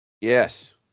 Yes